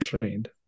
trained